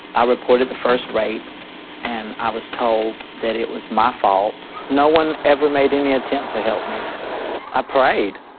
i reported the first rape and i was told that it was my fault. no one ever made any attempt to help me. i prayed.